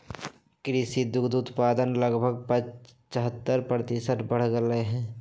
कृषि दुग्ध उत्पादन लगभग पचहत्तर प्रतिशत बढ़ लय है